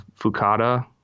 Fukada